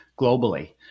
globally